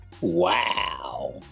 Wow